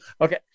okay